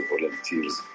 volunteers